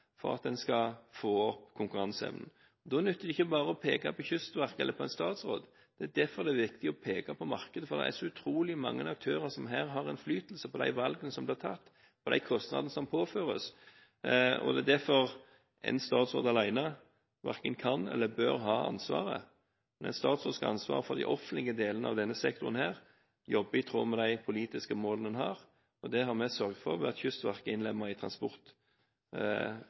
for at en skal få opp konkurranseevnen. Da nytter det ikke bare å peke på Kystverket eller på en statsråd. Det er viktig å peke på markedet, for det er så utrolig mange aktører som har innflytelse på de valgene som blir tatt, og de kostnadene som påføres. Det er derfor en statsråd alene verken kan eller bør ha ansvaret, men en statsråd skal ha ansvaret for de offentlige delene av denne sektoren, og jobbe i tråd med de politiske målene en har. Og dette har vi sørget for ved at Kystverket er innlemmet i